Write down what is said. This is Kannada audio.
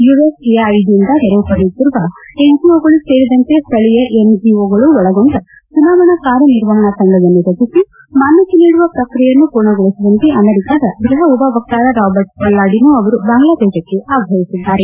ಯುಎಸ್ಎಐಡಿಯಿಂದ ನೆರವು ಪಡೆಯುತ್ತಿರುವ ಎನ್ಜಿಒಗಳು ಸೇರಿದಂತೆ ಸ್ಥಳೀಯ ಎನ್ಜಿಒಗಳು ಒಳಗೊಂಡ ಚುನಾವಣಾ ಕಾರ್ಯನಿರ್ವಹಣಾ ತಂಡವನ್ನು ರಚಿಸಿ ಮಾನ್ಗತೆ ನೀಡುವ ಪ್ಪಕ್ರಿಯೆಯನ್ನು ಪೂರ್ಣಗೊಳಿಸುವಂತೆ ಅಮೆರಿಕದ ಗ್ಟಹ ಉಪವಕ್ತಾರ ರಾಬರ್ಟ್ ಪಲ್ಲಾಡಿನೊ ಅವರು ಬಾಂಗ್ಲಾದೇಶಕ್ಕೆ ಆಗ್ರಹಿಸಿದ್ದಾರೆ